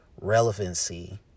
relevancy